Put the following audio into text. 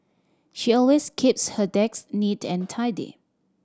she always keeps her neat and tidy